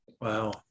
Wow